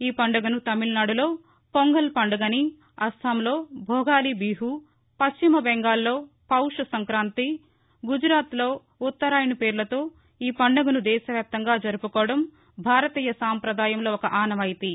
ఈ పండుగను తమిళనాడులో పొంగల్ పండుగని అస్సాంలో భోగాలి బిహూ పశ్చిమ బెంగాల్లో పౌష్ సంక్రాంతి గుజరాత్లో ఉత్తరాయణ్ పేర్లతో ఈ పండుగను దేశవ్యాప్తంగా జరుపుకోవడం భారతీయ సాంఘదాయంలో ఒక ఆనవాయితీ